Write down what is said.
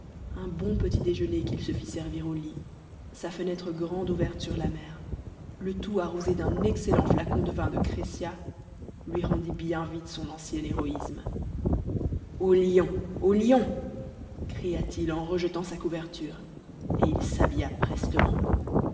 un bon petit déjeuner qu'il se fit servir au lit sa fenêtre grande ouverte sur la mer le tout arrosé d'un excellent flacon de vin de crescia lui rendit bien vite son ancien héroïsme au lion au lion cria-t-il en rejetant sa couverture et il s'habilla prestement